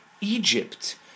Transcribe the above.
Egypt